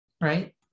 Right